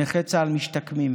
נכי צה"ל משתקמים.